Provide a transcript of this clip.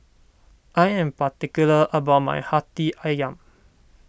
I am particular about my Hati Ayam